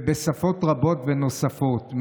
בשפות רבות ונוספות,